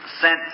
sent